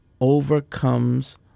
overcomes